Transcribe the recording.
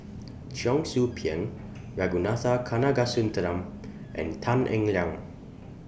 Cheong Soo Pieng Ragunathar Kanagasuntheram and Tan Eng Liang